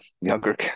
younger